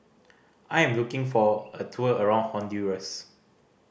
I am looking for a tour around Honduras